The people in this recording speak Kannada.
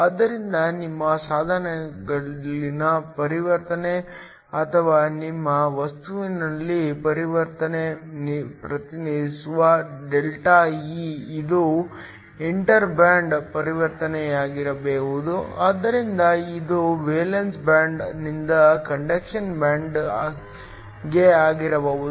ಆದ್ದರಿಂದ ನಿಮ್ಮ ಸಾಧನದಲ್ಲಿನ ಪರಿವರ್ತನೆ ಅಥವಾ ನಿಮ್ಮ ವಸ್ತುವಿನಲ್ಲಿ ಪರಿವರ್ತನೆ ಪ್ರತಿನಿಧಿಸುವ ΔE ಇದು ಇಂಟರ್ ಬ್ಯಾಂಡ್ ಪರಿವರ್ತನೆಯಾಗಿರಬಹುದು ಆದ್ದರಿಂದ ಇದು ವೇಲೆನ್ಸ್ ಬ್ಯಾಂಡ್ನಿಂದ ಕಂಡಕ್ಷನ್ ಬ್ಯಾಂಡ್ಗೆ ಆಗಿರಬಹುದು